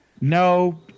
No